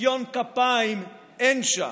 ניקיון כפיים אין שם.